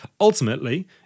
ultimately